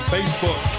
Facebook